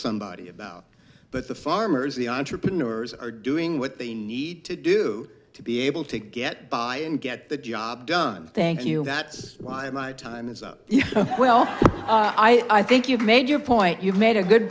somebody about but the farmers the entrepreneurs are doing what they need to do to be able to get by and get the job done thank you that's why my time is up well i think you've made your point you've made a good